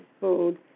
food